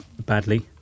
badly